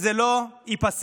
זה לא ייפסק